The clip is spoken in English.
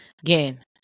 Again